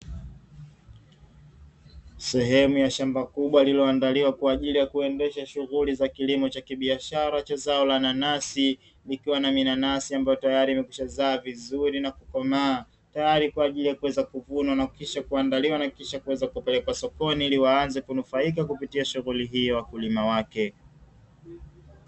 Sehemu ya shamba kubwa lililoandaliwa kwa ajili ya kuendesha shughuli za kilimo cha kibiashara cha zao la nanasi, ikiwa na minanasi ambayo tayari imekwisha zaa vizuri na kukomaa; tayari kwa ajili ya kuweza kuvunwa na kisha kuandaliwa na kisha kuweza kupelekwa sokoni ili waanze kunufaika kupitia shughuli hiyo, wakulima wake.